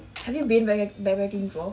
have you been back~ backpacking before